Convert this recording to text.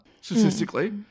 statistically